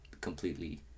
completely